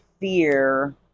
fear